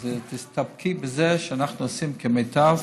אז תסתפקי בזה שאנחנו עושים את המיטב